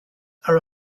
are